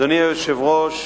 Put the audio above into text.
אדוני היושב-ראש,